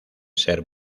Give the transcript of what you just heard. ser